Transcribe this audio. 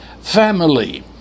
family